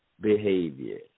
behavior